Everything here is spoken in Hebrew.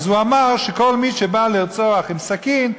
הוא אמר שכל מי שבא לרצוח עם סכין,